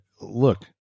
look